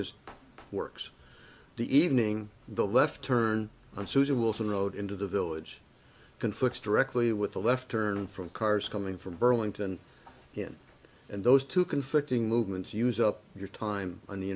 is works the evening the left turn on susan wilson road into the village conflicts directly with the left turn from cars coming from burlington in and those two conflicting movements use up your time on the